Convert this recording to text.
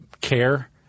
care